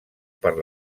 per